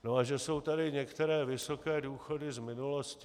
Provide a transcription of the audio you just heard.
A že jsou tady některé vysoké důchody z minulosti?